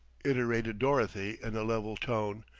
iterated dorothy in a level tone.